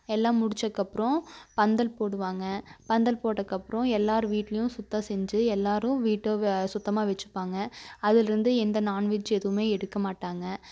எல்லாம் முடிச்சகப்புறோம் பந்தல் போடுவாங்க பந்தல் போட்டதுக்கப்புறோம் எல்லாரும் வீட்டுலையும் சுத்தம் செஞ்சு எல்லாரும் வீட்டை சுத்தமாக வச்சிப்பாங்க அதிலிருந்து எந்த நான்வெஜ் எதுவுமே எடுக்கமாட்டாங்க